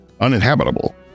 uninhabitable